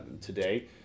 today